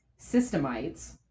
systemites